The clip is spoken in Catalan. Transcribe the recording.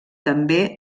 també